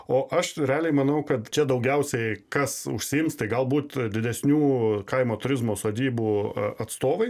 o aš realiai manau kad čia daugiausiai kas užsiims tai galbūt didesnių kaimo turizmo sodybų atstovai